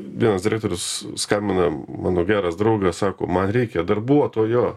vienas direktorius skambina mano geras draugas sako man reikia darbuotojo